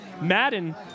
Madden